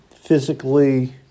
physically